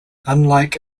unlike